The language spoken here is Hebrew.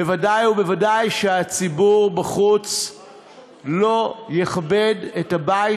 בוודאי ובוודאי שהציבור בחוץ לא יכבד את הבית